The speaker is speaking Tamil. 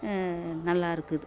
நல்லா இருக்குது